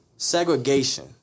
Segregation